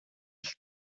ich